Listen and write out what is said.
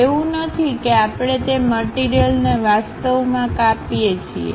એવું નથી કે આપણે તે મટીરીયલને વાસ્તવમા કાપીએ છીએ